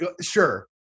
sure